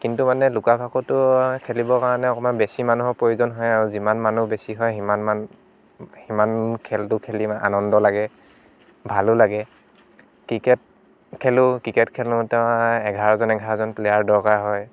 কিন্তু মানে লুকা ভাকুটো খেলিব কাৰণে অকণমান বেছি মানুহৰ প্ৰয়োজন হয় আৰু যিমান মানুহ বেছি হয় সিমান মান সিমান খেলটো খেলি মানে আনন্দ লাগে ভালো লাগে ক্ৰিকেট খেলোঁ ক্ৰিকেট খেলোঁতেও এঘাৰজন এঘাৰজন প্লেয়াৰ দৰকাৰ হয়